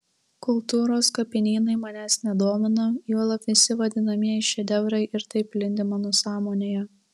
kultūros kapinynai manęs nedomina juolab visi vadinamieji šedevrai ir taip lindi mano sąmonėje